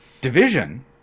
division